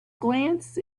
glance